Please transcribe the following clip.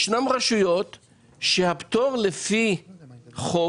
ישנן רשויות שבהן הפטור לפי חוק